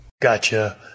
Gotcha